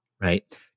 right